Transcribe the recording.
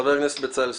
חבר הכנסת בצלאל סמוטריץ.